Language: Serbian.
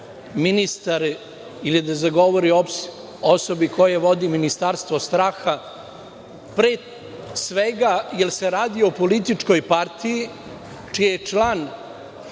ministar ili da govori o osobi koja vodi ministarstvo straha, pre svega jer se radi o političkoj partiji čiji je član